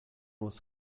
was